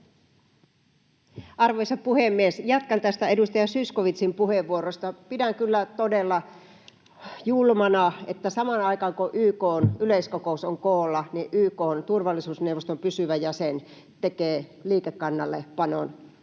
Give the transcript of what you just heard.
Arvoisa puhemies! Jatkan tästä edustaja Zyskowiczin puheenvuorosta: Pidän kyllä todella julmana, että samaan aikaan kun YK:n yleiskokous on koolla, YK:n turvallisuusneuvoston pysyvä jäsen tekee liikekannallepanon,